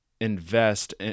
invest